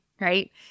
right